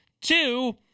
Two